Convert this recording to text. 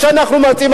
כל מה שאנחנו מציעים,